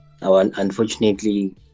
Unfortunately